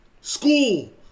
School